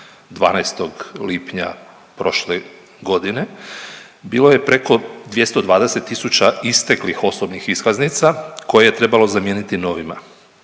12. lipnja prošle godine bilo je preko 220 tisuća isteklih osobnih iskaznica koje je trebalo zamijeniti novima.